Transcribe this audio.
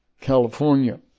California